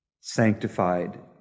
sanctified